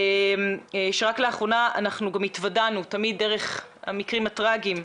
רק לאחרונה התוודענו, תמיד דרך המקרים הטרגיים,